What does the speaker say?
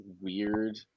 weird